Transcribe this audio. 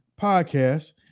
podcast